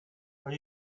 are